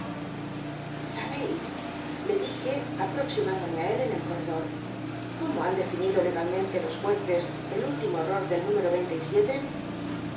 le dije aproximándome á él en el coitedot cómo han definido lega lmente los jueces el ttllimo ct'i'oi del número